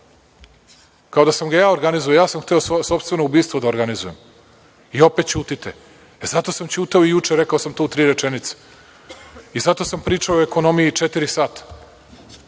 kao da sam ga ja organizovao. Ja sam hteo svoje sopstveno ubistvo da organizujem i opet ćutite. Zato sam ćutao i juče, rekao sam to u tri rečenice i zato sam pričao o ekonomiji četiri sata,